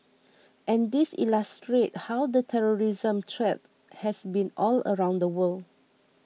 and these illustrate how the terrorism threat has been all around the world